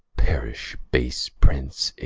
perish base prince,